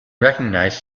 recognized